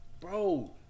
Bro